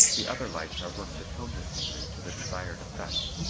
the other lights are worked to tone the scenery to the desired effect,